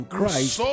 Christ